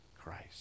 Christ